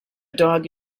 dog